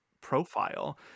profile